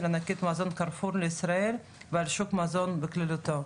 ענקית המזון 'קרפור' לישראל ועל שוק המזון בכללותו.